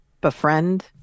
befriend